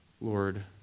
Lord